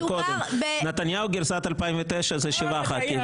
נתניהו גרסת 2009, זה דבר אחד.